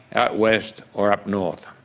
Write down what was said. out west, or up north.